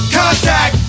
Contact